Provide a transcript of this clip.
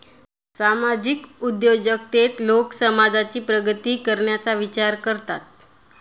सामाजिक उद्योजकतेत लोक समाजाची प्रगती करण्याचा विचार करतात